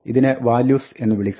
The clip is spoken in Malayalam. ഇതിനെ values എന്ന് വിളിക്കാം